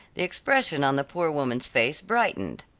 the expression on the poor woman's face brightened.